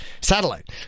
satellite